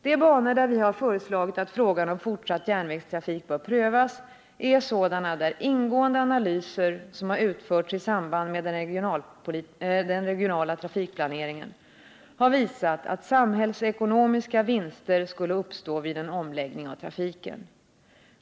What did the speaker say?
De banor där vi har föreslagit att frågan om fortsatt järnvägstrafik bör prövas är sådana där ingående analyser, som har utförts i samband med den regionala trafikplaneringen, har visat att samhällsekonomiska vinster skulle uppstå vid en omläggning av trafiken.